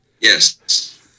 Yes